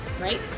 right